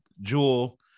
Jewel